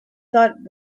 thought